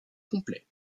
complets